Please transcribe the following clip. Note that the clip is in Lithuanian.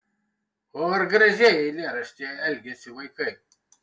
o ar gražiai eilėraštyje elgiasi vaikai